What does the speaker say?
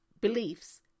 beliefs